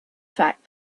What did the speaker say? fact